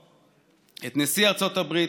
את נשיא ארצות הברית,